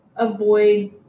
Avoid